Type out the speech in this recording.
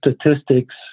statistics